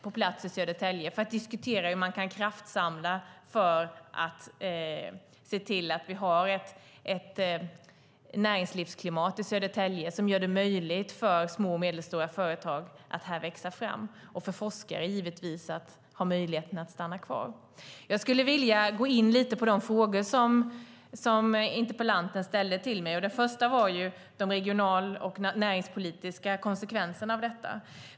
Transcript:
Då ska man diskutera hur man kan kraftsamla för att se till att vi har ett näringslivsklimat i Södertälje som gör det möjligt för små och medelstora företag att växa fram och givetvis för forskare att stanna kvar. Jag skulle vilja gå in lite på de frågor som interpellanten ställde till mig. Den första frågan gällde de regionala och näringspolitiska konsekvenserna av detta.